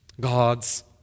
God's